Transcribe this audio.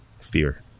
fear